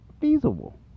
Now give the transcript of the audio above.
feasible